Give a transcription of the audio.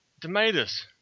tomatoes